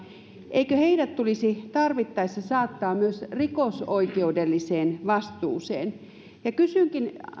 eikö heidät tulisi tarvittaessa saattaa myös rikosoikeudelliseen vastuuseen kysynkin